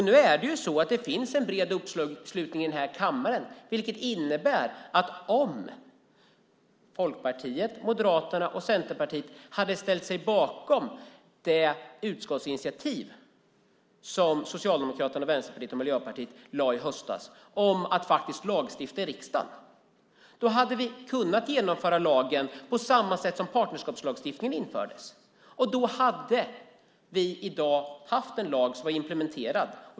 Nu finns en bred uppslutning i kammaren, vilket innebär att om Folkpartiet, Moderaterna och Centerpartiet hade ställt sig bakom det utskottsinitiativ som Socialdemokraterna, Vänsterpartiet och Miljöpartiet tog i höstas om att lagstifta i riksdagen hade vi kunnat genomföra lagen på samma sätt som partnerskapslagstiftningen infördes. Då hade vi i dag haft en implementerad lag.